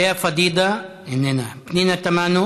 לאה פדידה,